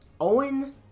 Owen